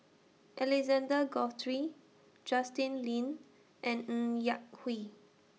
Alexander Guthrie Justin Lean and Ng Yak Whee